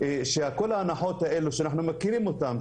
עד היום להתייחס לכל ההנחות האלה שאנחנו מכירים אותן,